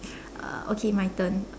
uh okay my turn